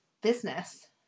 business